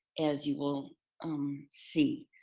as you will um see.